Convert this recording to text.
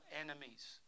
enemies